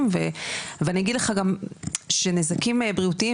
ואני אגיד לך גם שנזקים בריאותיים,